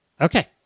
Okay